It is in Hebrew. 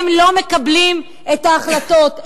הם לא מקבלים את ההחלטות,